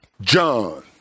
John